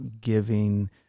giving